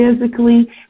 physically